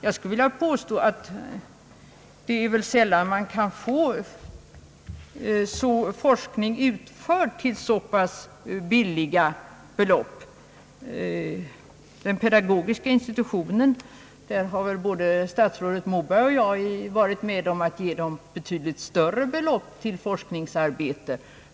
Jag skulle vilja påstå att man sällan får forskning utförd för så pass små belopp. Till den pedagogiska institutionen har väl både statsrådet Moberg och jag varit med om att ge betydligt större belopp för forskningsändamål.